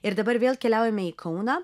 ir dabar vėl keliaujame į kauną